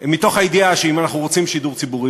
מתוך ידיעה שאם אנחנו רוצים שידור ציבורי,